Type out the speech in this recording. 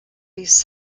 must